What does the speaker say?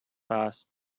passed